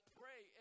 pray